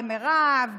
גם למירב,